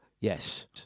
yes